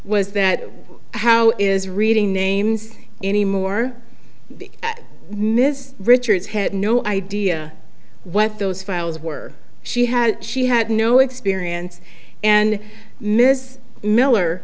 was that how is reading names anymore miss richards had no idea what those files were she had she had no experience and miss miller